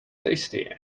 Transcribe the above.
tasty